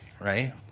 Right